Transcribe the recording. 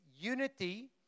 unity